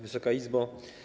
Wysoka Izbo!